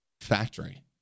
factory